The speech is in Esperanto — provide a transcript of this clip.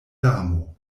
damo